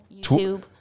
YouTube